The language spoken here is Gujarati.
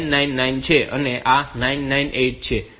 તેથી આ 999 છે અને આ 998 છે